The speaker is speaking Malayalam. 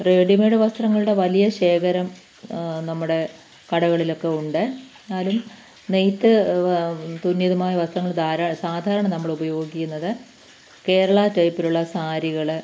റെഡി മെയ്ഡ് വസ്ത്രങ്ങളുടെ വലിയ ശേഖരം നമ്മുടെ കടകളിലൊക്കെ ഉണ്ട് എന്നാലും നെയ്ത്ത് തുന്നിയതുമായ വസ്ത്രങ്ങൾ ധാരാളം സാധാരണ നമ്മളുപയോഗിക്കുന്നത് കേരള ടൈപ്പിലുള്ള സാരികൾ